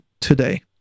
today